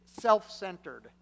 self-centered